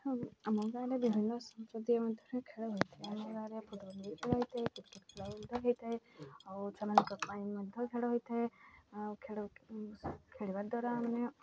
ଆମ ଗାଁରେ ବିଭିନ୍ନ ସମ୍ପ୍ରଦାୟ ମଧ୍ୟରେ ଖେଳ ହୋଇଥାଏ ଆମର ଫୁଟ୍ବଲ୍ ବି ଖେଳ ହୋଇଥାଏ କ୍ରିକେଟ୍ ଖେଳ ହୋଇଥାଏ ଆଉ ସେମାନଙ୍କ ପାଇଁ ମଧ୍ୟ ଖେଳ ହୋଇଥାଏ ଆଉ ଖେଳ ଖେଳିବା ଦ୍ୱାରା ଆମେ